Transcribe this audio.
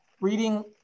Reading